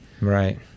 Right